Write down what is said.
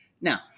now